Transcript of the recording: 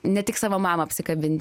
ne tik savo mamą apsikabinti